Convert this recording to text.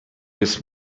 was